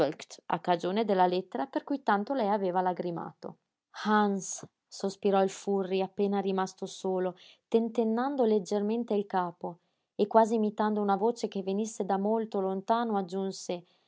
a cagione della lettera per cui tanto lei aveva lagrimato hans sospirò il furri appena rimasto solo tentennando leggermente il capo e quasi imitando una voce che venisse da molto lontano aggiunse